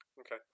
Okay